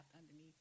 underneath